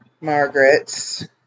margaret's